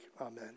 amen